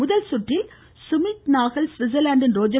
முதல் சுற்றில் சுமித் நாகல் ஸ்விட்ஸர்லாந்தின் ரோஜர்